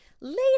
later